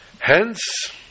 Hence